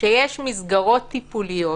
שיש מסגרות טיפוליות